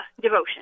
devotion